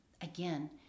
again